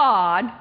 God